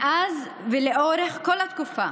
מאז ולאורך כל התקופה